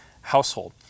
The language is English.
household